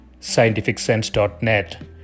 scientificsense.net